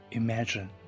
imagine